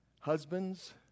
husbands